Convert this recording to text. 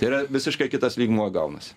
tai yra visiškai kitas lygmuo gaunasi